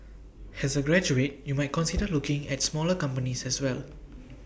as A graduate you might consider looking at smaller companies as well